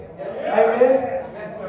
Amen